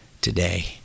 today